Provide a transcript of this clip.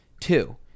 two